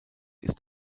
ist